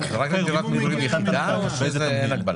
זה רק לדירת מגורים יחידה או שאין הגבלה?